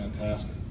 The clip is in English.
fantastic